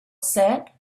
set